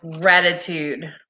gratitude